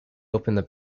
opened